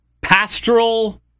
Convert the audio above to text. pastoral